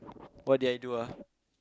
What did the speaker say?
what did I do ah